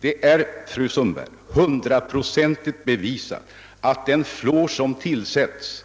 Det är, fru Sundberg, hundraprocentigt bevisat att den fluor som tillsätts